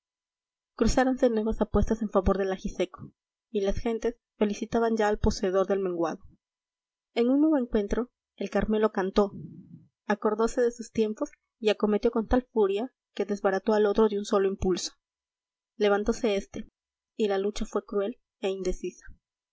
cruzáronse nuevas apuestas en favor del ajise co y las gentes felicitaban ya al poseedor del menguado en un nuevo encuentro el carmelo cantó acordóse de sus tiempos y acometió con tal furia que desbarató al otro de un solo impulso levantóse éste y la lucha fué cruel e indecisa